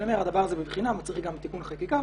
אני אומר שהדבר הזה בבחינה ומצריך גם תיקון חקיקה.